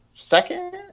second